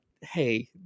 hey